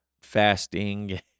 fasting